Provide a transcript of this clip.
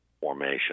formation